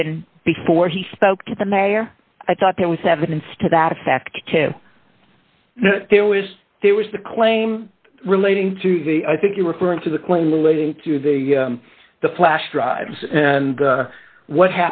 even before he spoke to the mayor i thought there was evidence to that effect there was there was the claim relating to the i think you're referring to the cleaning related to the the flash drives and what